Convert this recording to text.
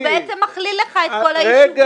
הוא בעצם מכליל לך את כל הישובים.